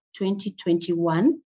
2021